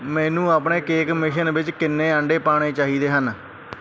ਮੈਨੂੰ ਆਪਣੇ ਕੇਕ ਮਿਸ਼ਰਣ ਵਿੱਚ ਕਿੰਨੇ ਆਂਡੇ ਪਾਉਣੇ ਚਾਹੀਦੇ ਹਨ